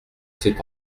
c’est